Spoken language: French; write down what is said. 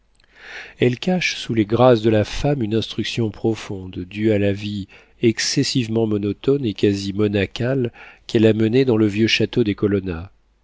elle cache sous les grâces de la femme une instruction profonde due à la vie excessivement monotone et quasi monacale qu'elle a menée dans le vieux château des colonna